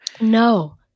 No